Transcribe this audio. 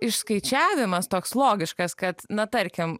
išskaičiavimas toks logiškas kad na tarkim